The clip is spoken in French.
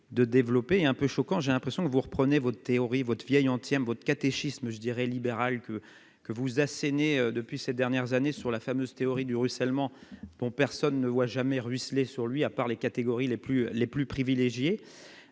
de développer un peu choquant, j'ai l'impression que vous reprenez votre théorie votre vieille antienne votre catéchisme je dirais libéral que que vous asséner depuis ces dernières années sur la fameuse théorie du ruissellement dont personne ne voit jamais ruisseler sur lui, à part les catégories les plus les